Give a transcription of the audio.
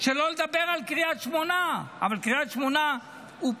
שלא לדבר על קריית שמונה, אבל קריית שמונה פונתה.